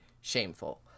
shameful